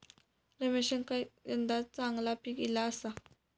रमेशका यंदा चांगला पीक ईला आसा